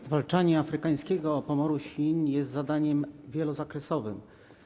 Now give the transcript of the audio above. Zwalczanie afrykańskiego pomoru świń jest zadaniem wielozakresowym.